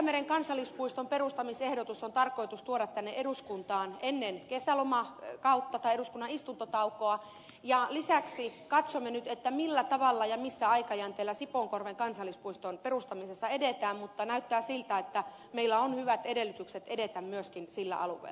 selkämeren kansallispuiston perustamisehdotus on tarkoitus tuoda tänne eduskuntaan ennen eduskunnan istuntotaukoa ja lisäksi katsomme nyt millä tavalla ja millä aikajänteellä sipoonkorven kansallispuiston perustamisessa edetään mutta näyttää siltä että meillä on hyvät edellytykset edetä myöskin sillä alueella